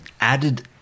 added